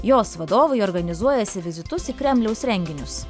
jos vadovai organizuojasi vizitus į kremliaus renginius